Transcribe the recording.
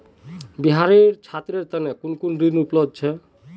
बिहारत छात्रेर तने कुन कुन ऋण उपलब्ध छे